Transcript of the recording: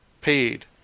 paid